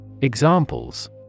Examples